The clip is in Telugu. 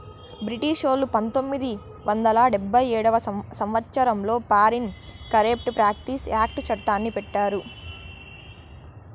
బ్రిటిషోల్లు పంతొమ్మిది వందల డెబ్భై ఏడవ సంవచ్చరంలో ఫారిన్ కరేప్ట్ ప్రాక్టీస్ యాక్ట్ చట్టాన్ని పెట్టారు